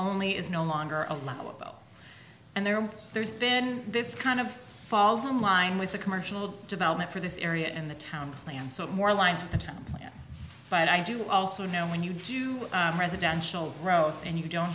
only is no longer allowable and there there's been this kind of falls in line with the commercial development for this area in the town plan so more lines of the town but i do also know when you do residential growth and you don't